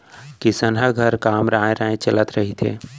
किसनहा घर काम राँय राँय चलत रहिथे